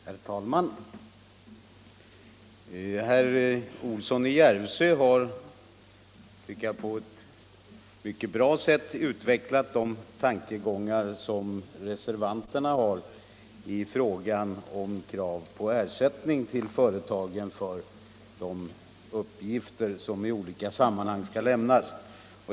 Herr talman! Herr Olsson i Järvsö har, tycker jag, på ett mycket bra sätt utvecklat reservanternas tankegångar i fråga om kraven på ersättning till företagen för de uppgifter som i olika sammanhang skall lämnas.